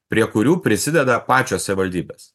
prie kurių prisideda pačios savivaldybės